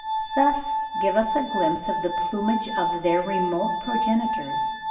thus give us a glimpse of the plumage of their remote progenitors,